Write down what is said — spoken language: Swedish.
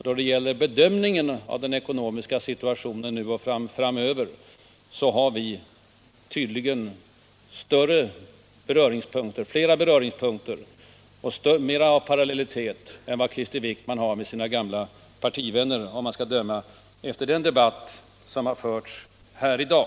Då det gäller bedömningen av den ekonomiska situationen nu och framöver finns det tydligen mera av parallellitet mellan Krister Wickman och mig än mellan Krister Wickman och hans gamla partivänner, att döma av den debatt som förts här i dag.